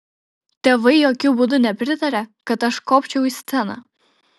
tėvai jokiu būdu nepritarė kad aš kopčiau į sceną